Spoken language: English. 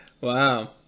Wow